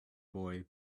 boy